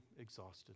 exhausted